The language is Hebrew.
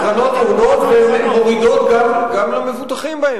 הקרנות יורדות ומורידות גם למבוטחים בהן.